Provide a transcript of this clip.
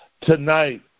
Tonight